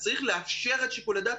אז צריך לאפשר את שיקול הדעת.